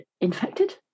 infected